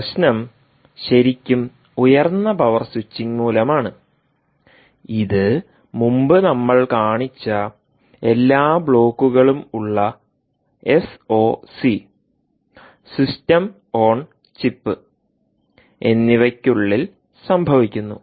പ്രശ്നം ശരിക്കും ഉയർന്ന പവർ സ്വിച്ചിംഗ് മൂലമാണ് ഇത് മുമ്പ് നമ്മൾ കാണിച്ച എല്ലാ ബ്ലോക്കുകളുമുള്ള എസ്ഒസി സിസ്റ്റം ഓൺ ചിപ്പ് എന്നിവയ്ക്കുള്ളിൽ സംഭവിക്കുന്നു